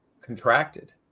contracted